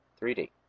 3D